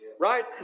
right